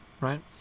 right